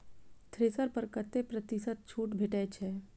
Thresher पर कतै प्रतिशत छूट भेटय छै?